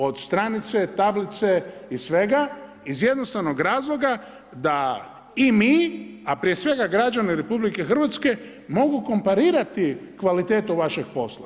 Od stranice, tablice i svega iz jednostavnog razloga da i mi, a prije svega građani RH mogu komparirati kvalitetu vašeg posla.